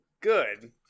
good